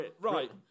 Right